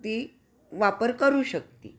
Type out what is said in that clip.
ती वापर करू शकते